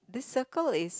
this Circle is